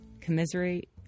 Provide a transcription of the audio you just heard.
commiserate